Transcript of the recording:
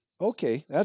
Okay